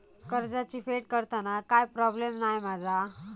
कर्जाची फेड करताना काय प्रोब्लेम नाय मा जा?